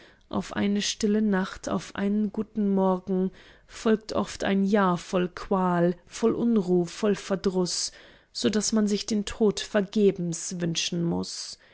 auf eine stille nacht auf einen guten morgen folgt oft ein jahr voll qual voll unruh voll verdruß so daß man sich den tod vergebens wünschen muß